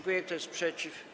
Kto jest przeciw?